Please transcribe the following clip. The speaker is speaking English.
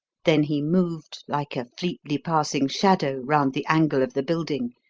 then he moved like a fleetly-passing shadow round the angle of the building,